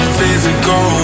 physical